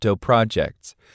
projects